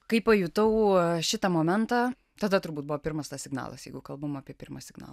kai pajutau šitą momentą tada turbūt buvo pirmas tas signalas jeigu kalbam apie pirmą signalą